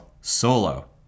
solo